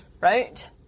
right